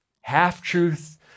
half-truth